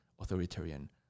authoritarian